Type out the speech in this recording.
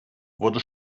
wurde